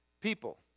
people